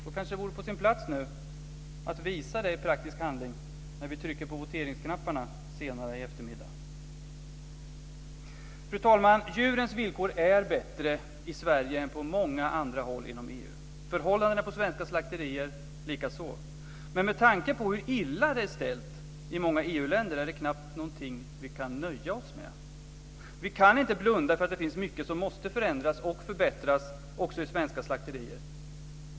Det kanske vore på sin plats att visa det i praktisk handling när vi trycker på voteringsknapparna senare i eftermiddag. Fru talman! Djurens villkor är bättre i Sverige än på många andra håll inom EU; förhållandena på svenska slakterier likaså. Men med tanke på hur illa det är ställt i många EU-länder är det knappast något vi kan nöja oss med. Vi kan inte blunda för att det finns mycket som måste förändras och förbättras också i svenska slakterier.